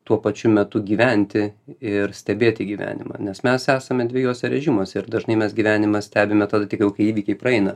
tuo pačiu metu gyventi ir stebėti gyvenimą nes mes esame dviejuose režimuose ir dažnai mes gyvenimą stebime tada kai įvykiai praeina